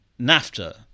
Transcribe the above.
NAFTA